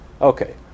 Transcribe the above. Okay